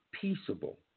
peaceable